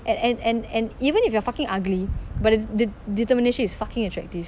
at and and and even if you are fucking ugly but the the determination is fucking attractive